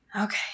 Okay